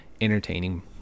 entertaining